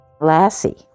Lassie